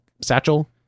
satchel